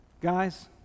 Guys